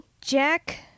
Jack